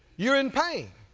you're in pain.